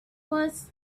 was